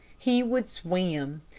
he would swim.